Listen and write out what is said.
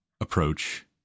approach